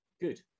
good